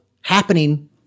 happening